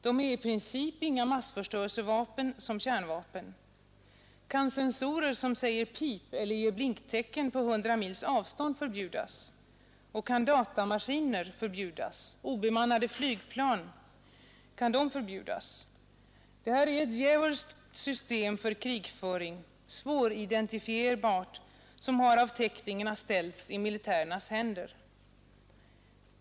De är i princip inga massförstörelsevapen som kärnvapen. Kan sensorer som säger pip eller ger blinktecken på hundra mils avstånd förbjudas? Kan datamaskiner förbjudas? Eller obemannade flygplan? Det här är ett djävulskt system och svåridentifierbart för krigföring, som har av teknikerna ställts i militärernas händer.